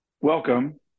Welcome